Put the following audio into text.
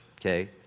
okay